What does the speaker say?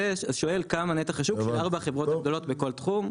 זה שואל כמה נתח השוק של ארבעת החברות הגדולות בכל תחום.